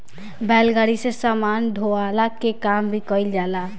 बैलगाड़ी से सामान ढोअला के काम भी कईल जाला